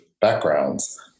backgrounds